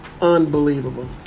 Unbelievable